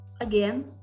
Again